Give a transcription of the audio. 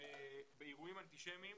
במסרים אנטישמיים